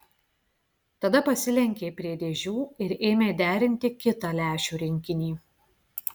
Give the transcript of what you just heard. tada pasilenkė prie dėžių ir ėmė derinti kitą lęšių rinkinį